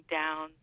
down